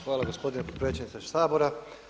Hvala gospodine potpredsjedniče Sabora.